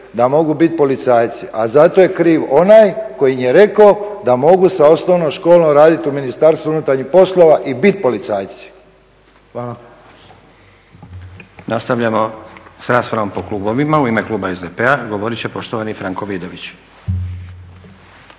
da mogu biti policajci, a za to je kriv onaj koji im je rekao da mogu sa osnovnom školom raditi u Ministarstvu unutarnjih poslova i biti policajci. Hvala. **Stazić, Nenad (SDP)** Nastavljamo sa raspravom po klubovima. U ime kluba SDP-a govorit će poštovani Franko Vidović.